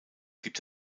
gibt